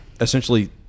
essentially